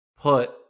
put